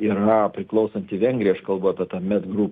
yra priklausanti vengrija aš kalbu apie med group